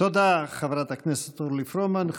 תודה, חברת הכנסת אורלי פרומן.